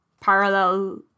parallel